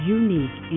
unique